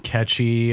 Catchy